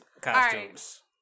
costumes